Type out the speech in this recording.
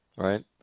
right